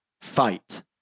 fight